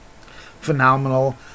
phenomenal